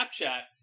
Snapchat